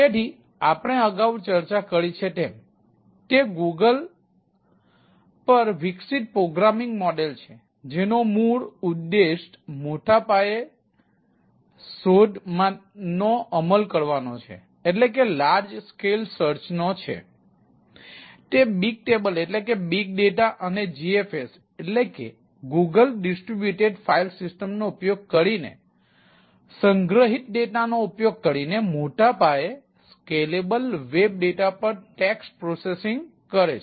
તેથી આપણે અગાઉ ચર્ચા કરી છે તેમ તે ગૂગલ પર વિકસિત પ્રોગ્રામિંગ મોડેલ છે જેનો મૂળ ઉદ્દેશ મોટા પાયે શોધ વેબ ડેટા પર ટેક્સ્ટ પ્રોસેસિંગ કરે છે